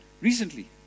Recently